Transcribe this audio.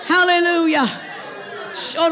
Hallelujah